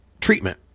treatment